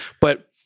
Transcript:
But-